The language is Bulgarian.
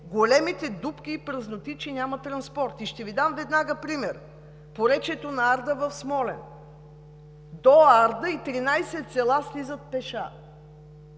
големите дупки и празноти, че няма транспорт. Ще Ви дам веднага пример – поречието на река Арда в Смолян. До с. Арда от 13 села слизат пеша,